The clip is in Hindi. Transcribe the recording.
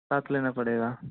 साथ लेना पड़ेगा